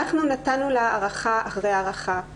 אנחנו נתנו לה הארכה אחרי הארכה.